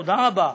תודה רבה.